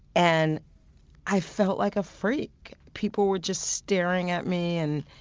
and i felt like a freak. people were just staring at me. and